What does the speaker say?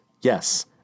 yes